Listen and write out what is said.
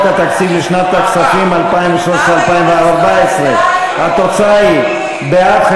התקציב לשנות הכספים 2013 ו-2014 היא: בעד,